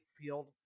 field